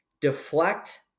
deflect